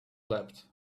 leapt